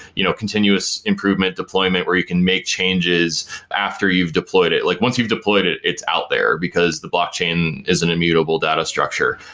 you know, continuous improvement, deployment where you can make changes after you've deployed it. like once you've deployed it, it's out there because the blockchain is an immutable data structure.